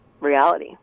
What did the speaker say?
reality